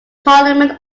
parliament